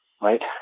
right